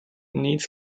needs